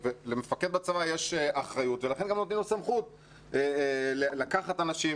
למפקד בצבא יש אחריות ולכן גם נותנים לו סמכות לקחת אנשים,